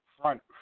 front